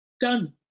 Done